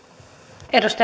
arvoisa